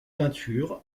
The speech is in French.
peintures